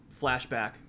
flashback